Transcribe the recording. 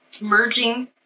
merging